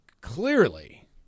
clearly